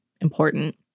important